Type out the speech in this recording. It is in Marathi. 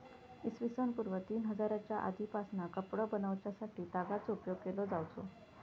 इ.स पूर्व तीन हजारच्या आदीपासना कपडो बनवच्यासाठी तागाचो उपयोग केलो जावचो